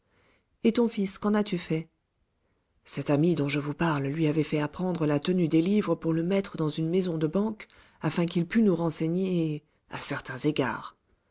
et ton fils qu'en as-tu fait cet ami dont je vous parle lui avait fait apprendre la tenue des livres pour le mettre dans une maison de banque afin qu'il pût nous renseigner à certains égards